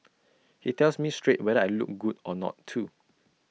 he tells me straight whether I look good or not too